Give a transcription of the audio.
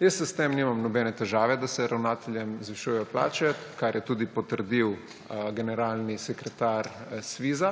Jaz nimam nobene težave s tem, da se ravnateljem zvišujejo plače, kar je tudi potrdil generalni sekretar SVIZ,